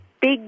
big